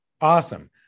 Awesome